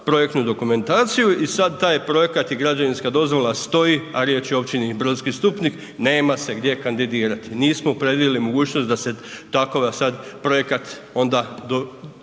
projektnu dokumentaciju i sad taj projekat i građevinska dozvola stoji, a riječ je o općini Brodski Stupnik, nema se gdje kandidirati, nismo predvidjeli mogućnost da se takova sad projekat onda dovede